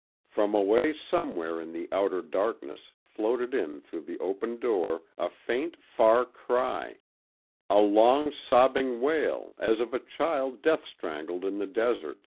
from away somewhere in the outer darkness floated in through the open door a faint, far cry a long, sobbing wail, as of a child death strangled in the desert,